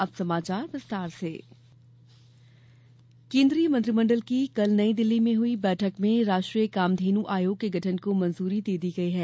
अब समाचार विस्तार से केन्द्रीय मंत्रिमंडल केन्द्रीय मंत्रिमंडल की कल नईदिल्ली में हई बैठक में राष्ट्रीय कामधेन् आयोग के गठन को मंजूरी दे दी गई है